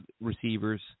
receivers